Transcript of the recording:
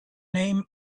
name